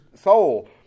soul